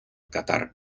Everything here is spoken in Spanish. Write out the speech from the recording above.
catar